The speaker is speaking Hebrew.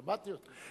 שמעתי אותו.